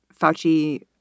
Fauci